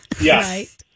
Yes